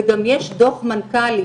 וגם יש דוח מנכ"לים